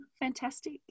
Fantastic